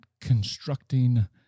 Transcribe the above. constructing